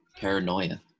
paranoia